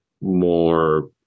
more